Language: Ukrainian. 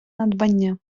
надбання